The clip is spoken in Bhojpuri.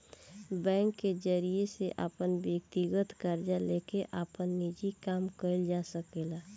बैंक के जरिया से अपन व्यकतीगत कर्जा लेके आपन निजी काम कइल जा सकेला